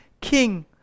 king